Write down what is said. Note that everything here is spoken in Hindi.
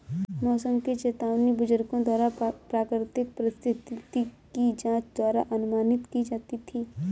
मौसम की चेतावनी बुजुर्गों द्वारा प्राकृतिक परिस्थिति की जांच द्वारा अनुमानित की जाती थी